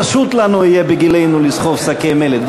לא פשוט יהיה לנו בגילנו לסחוב שקי מלט.